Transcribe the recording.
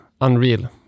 unreal